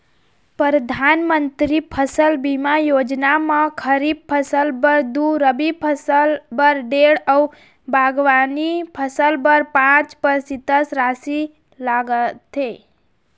परधानमंतरी फसल बीमा योजना म खरीफ फसल बर दू, रबी फसल बर डेढ़ अउ बागबानी फसल बर पाँच परतिसत रासि लागथे